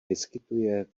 vyskytuje